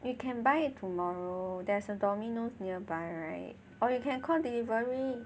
you can buy it tomorrow there's a Domino's nearby right or you can call delivery